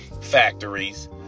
factories